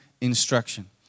instruction